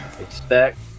Expect